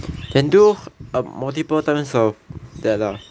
can do multiple times of that lah